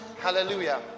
hallelujah